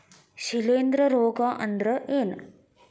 ಶಿಲೇಂಧ್ರ ರೋಗಾ ಅಂದ್ರ ಏನ್?